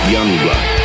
Youngblood